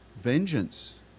vengeance